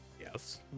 Yes